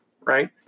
right